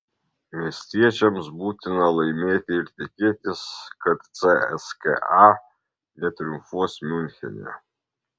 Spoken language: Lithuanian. miestiečiams būtina laimėti ir tikėtis kad cska netriumfuos miunchene